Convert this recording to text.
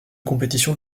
compétition